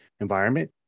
environment